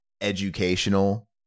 educational